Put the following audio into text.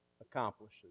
accomplishes